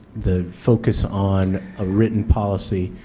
the focus on a written policy,